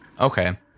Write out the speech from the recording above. Okay